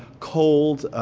cold,